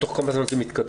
בתוך כמה זמן זה מתקדם.